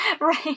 Right